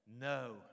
No